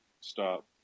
stop